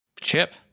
chip